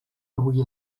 avui